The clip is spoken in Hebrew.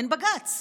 אין בג"ץ.